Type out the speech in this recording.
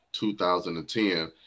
2010